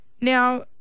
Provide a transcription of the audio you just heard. Now